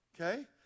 Okay